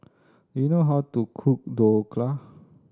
do you know how to cook Dhokla